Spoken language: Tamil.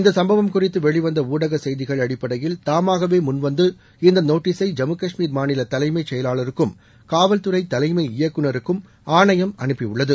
இந்த சம்பவம் குறித்து வெளிவந்த ஊடக செய்திகள் அடிப்படையில் தாமாகவே முன்வந்து இந்த நோட்டீஸை ஜம்மு காஷ்மீர் மாநில தலைமைச் செயலாளருக்கும் காவல்துறை தலைமை இயக்குநருக்கும் ஆணையம் அனுப்பியுள்ளது